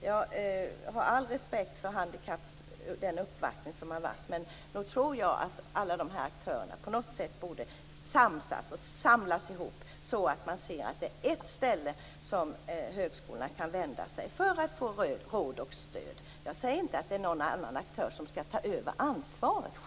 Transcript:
Jag har all respekt för den uppvaktning som har varit, men nog tror jag att alla aktörer borde samlas ihop så att högskolorna kan vända sig till ett ställe för att få råd och stöd. Jag säger inte att någon annan aktör skall ta över ansvaret.